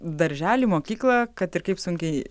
darželį mokyklą kad ir kaip sunkiai